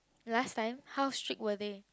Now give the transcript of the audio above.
last time how strict were they